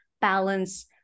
balance